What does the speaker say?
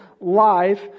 live